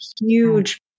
huge